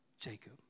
Jacob